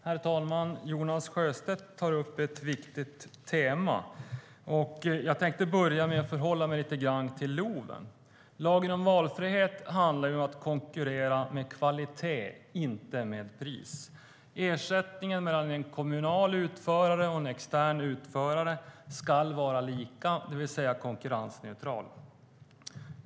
Herr talman! Jonas Sjöstedt tar upp ett viktigt tema. Jag tänkte börja med att förhålla mig lite grann till LOV. Lagen om valfrihet handlar om att konkurrera med kvalitet, inte med pris. Ersättningen ska vara lika mellan en kommunal utförare och en extern utförare, det vill säga konkurrensneutral.